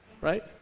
right